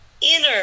inner